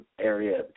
area